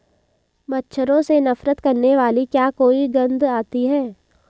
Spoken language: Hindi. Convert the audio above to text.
मच्छरों से नफरत करने वाली क्या कोई गंध आती है?